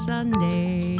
Sunday